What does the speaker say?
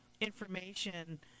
information